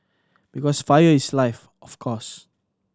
because fire is life of course